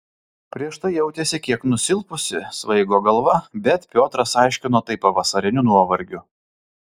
prieš tai jautėsi kiek nusilpusi svaigo galva bet piotras aiškino tai pavasariniu nuovargiu